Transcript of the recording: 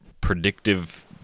predictive